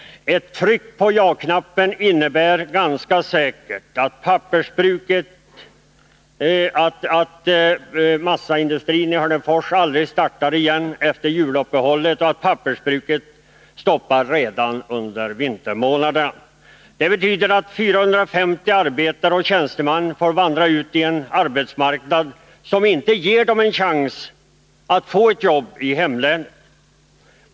Ett tryck på ja-knappen innebär ganska säkert att massafabriken i Hörnefors aldrig startar igen efter juluppehållet och att pappersbruket stoppar redan under vintermånaderna. Det betyder att 450 arbetare och tjänstemän får vandra ut i en arbetsmarknad som inte ger dem en chans att få ett jobb i hemlänet.